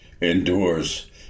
endures